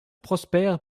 prospère